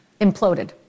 imploded